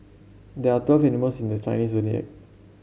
there are twelve animals in the Chinese Zodiac